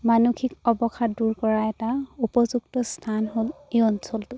মানসিক অৱসাদ দূৰ কৰা এটা উপযুক্ত স্থান হ'ল এই অঞ্চলটো